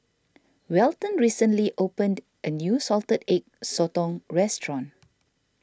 Welton recently opened a new Salted Egg Sotong restaurant